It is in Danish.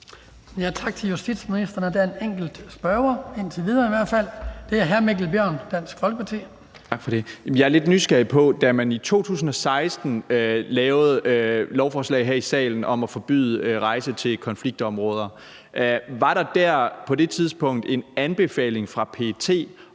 Tak til justitsministeren. Der er indtil videre en enkelt spørger. Det er hr. Mikkel Bjørn, Dansk Folkeparti. Kl. 17:43 Mikkel Bjørn (DF): Tak for det. Jeg er lidt nysgerrig. Da man i 2016 havde et lovforslag her i salen om at forbyde rejser til konfliktområder, var der da på det tidspunkt en anbefaling fra PET